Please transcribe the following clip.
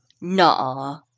Nah